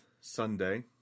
Sunday